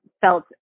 felt